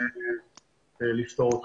ולפתור אותה.